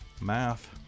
math